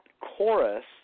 chorus